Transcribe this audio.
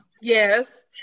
Yes